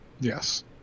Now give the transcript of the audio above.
Yes